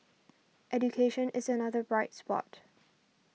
education is another bright spot